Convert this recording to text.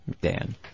Dan